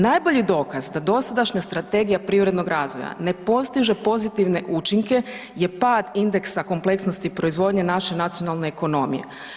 Najbolji dokaz da dosadašnja strategija privrednog razvoja na postiže pozitivne učinke je pad indeksa kompleksnosti proizvodnje naše nacionalne ekonomije.